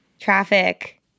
Traffic